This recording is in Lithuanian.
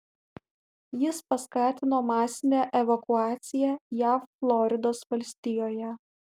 jis paskatino masinę evakuaciją jav floridos valstijoje